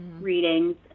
readings